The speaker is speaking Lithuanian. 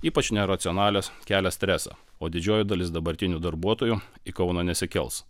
ypač neracionalios kelia stresą o didžioji dalis dabartinių darbuotojų į kauną nesikels